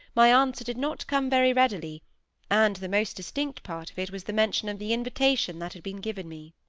my answer did not come very readily and the most distinct part of it was the mention of the invitation that had been given me.